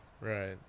Right